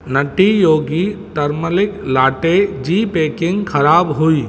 नटी Yogi turmeric latte जी packing ख़राबु हुई